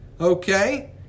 okay